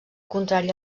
contrària